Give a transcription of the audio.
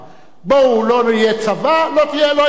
לא יהיה צבא, לא תהיה מלחמה.